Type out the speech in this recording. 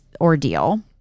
ordeal